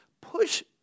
push